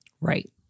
right